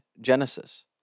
Genesis